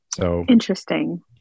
Interesting